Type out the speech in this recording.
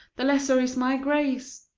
the lesser is my grace.